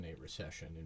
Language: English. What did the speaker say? recession